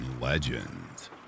legends